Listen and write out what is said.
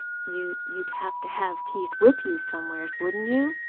you you'd have to have keith with you, somewheres, wouldn't you?